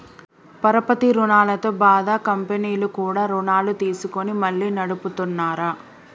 పరపతి రుణాలతో బాధ కంపెనీలు కూడా రుణాలు తీసుకొని మళ్లీ నడుపుతున్నార